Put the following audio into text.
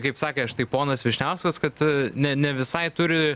kaip sakė štai ponas vyšniauskas kad ne ne visai turi